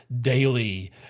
daily